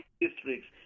districts